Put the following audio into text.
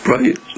Right